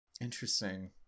Interesting